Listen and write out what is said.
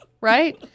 Right